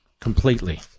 completely